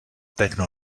techno